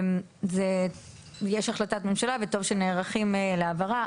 יש החלטת ממשלה וטוב שנערכים להעברה,